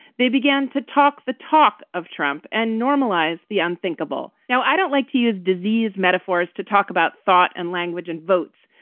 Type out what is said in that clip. they began to talk the talk of trump and normalize the unthinkable. now, i don't like to use disease metaphors to talk about thought and language and votes,